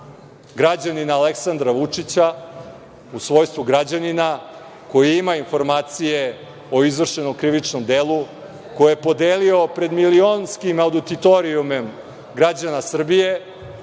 građanina Aleksandra Vučića u svojstvu građanina, koji ima informacije o izvršenom krivičnom delu koje je podelio pred milionskim auditorijumom građana Srbije,